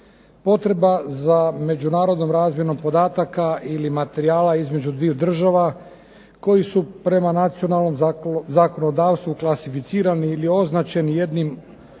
Potreba za međunarodnom razmjenom podataka ili materijala između dviju država koji su prema nacionalnom zakonodavstvu klasificirani ili označeni jednim